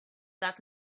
that